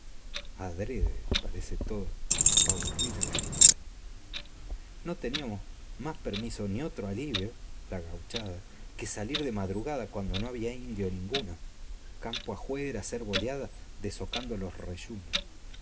adrede parece todo pa atormentar a la gente no teníamos más permiso ni otro alivio la gauchada que salir de madrugada cuando no había indio ninguno campo ajuera a hacer boliadas desocando los reyunos